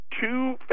two